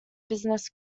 business